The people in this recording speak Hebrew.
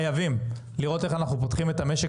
חייבים לראות איך אנחנו פותחים את המשק